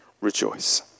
Rejoice